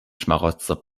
schmarotzer